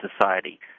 society